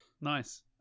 Nice